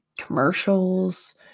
commercials